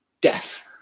deaf